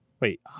Wait